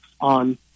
on